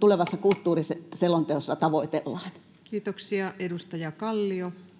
tulevassa kulttuuriselonteossa tavoitellaan. [Speech 455] Speaker: